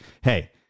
hey